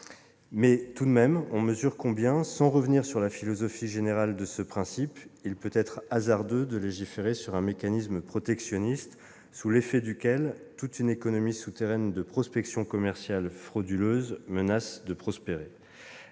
périmètre de la loi. Toutefois, sans revenir sur la philosophie générale de ce principe, on mesure combien il peut être hasardeux de légiférer sur un mécanisme protectionniste sous l'effet duquel toute une économie souterraine de prospection commerciale frauduleuse menace de prospérer.